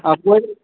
हँ कोइ